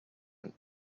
and